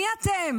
מי אתם?